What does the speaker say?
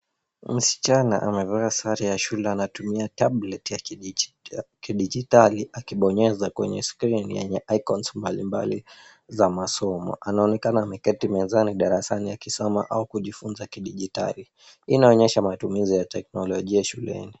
Msichana amevaa sare ya shule anatumia tablet ya kidijitli akibonyeza kwenye skrini ya icons mbalimbali za masomo. Anaonekana ameketi mezani darasani akisoma au kujifunza kidijitali. Hii inaonyesha matumizi ya teknolojia shuleni.